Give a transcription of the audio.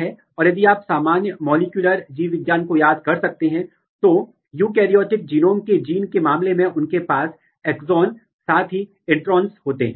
हैं और फिर आप सभी प्रोटीनों की पहचान करने के लिए वैश्विक स्तर पर मास स्पेक्ट्रोस्कोपी के माध्यम से सभी प्रोटीनों की पहचान कर सकते हैं जो एक विशेष प्रोटीन के साथ इंटरेक्ट कर रहे हैं